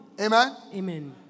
Amen